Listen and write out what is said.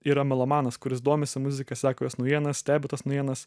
yra melomanas kuris domisi muzika seka jos naujienas stebi tas naujienas